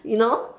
you know